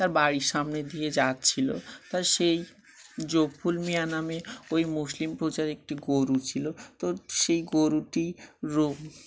তার বাড়ির সামনে দিয়ে যাচ্ছিলো তার সেই গফুর মিয়াঁ নামে ওই মুসলিম প্রজার একটি গরু ছিল তো সেই গরুটি রো